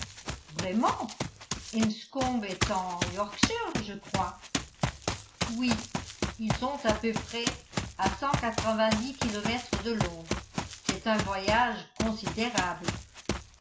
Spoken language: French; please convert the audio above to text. vraiment enscombe est en yorkshire je crois oui ils sont à peu près à cent quatre-vingt-dix kilomètres de londres c'est un voyage considérable